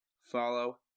follow